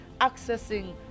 accessing